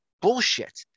Bullshit